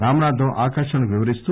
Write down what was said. రామనాథమ్ ఆకాశవాణికి వివరిస్తూ